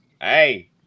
Hey